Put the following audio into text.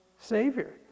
Savior